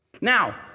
Now